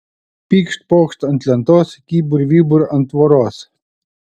pykšt pokšt ant lentos kybur vybur ant tvoros